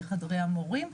בחדרי המורים.